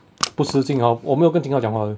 不是 jing hao 我没有跟 jing hao 讲话的